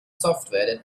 software